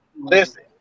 Listen